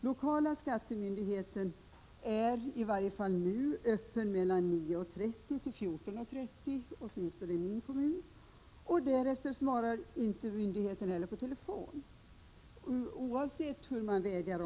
Lokala skattemyndigheten är åtminstone i min kommun öppen mellan 9.30 och 14.30, och därefter svarar myndigheten inte heller på telefon, hur man än vädjar.